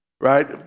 Right